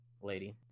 lady